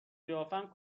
قیافم